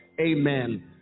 Amen